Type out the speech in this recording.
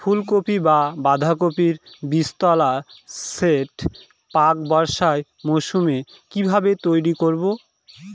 ফুলকপি বা বাঁধাকপির বীজতলার সেট প্রাক বর্ষার মৌসুমে কিভাবে তৈরি করব?